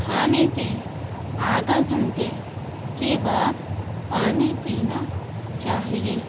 کھانے کے آدھا گھنٹے کے بعد پانی پینا چاہیے